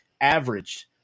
averaged